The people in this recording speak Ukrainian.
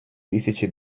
тисячі